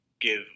give